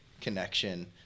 connection